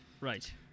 Right